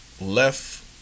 Left